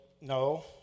no